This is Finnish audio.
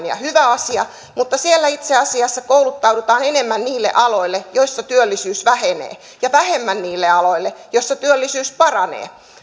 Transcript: ja hyvä asia mutta siellä itse asiassa kouluttaudutaan enemmän niille aloille joilla työllisyys vähenee ja vähemmän niille aloille joilla työllisyys paranee